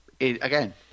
again